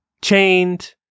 chained